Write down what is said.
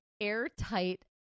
airtight